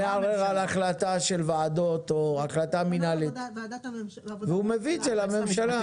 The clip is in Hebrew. מערער על החלטה של ועדות או החלטה מנהלית והוא מביא את זה לממשלה.